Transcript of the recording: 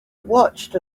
watched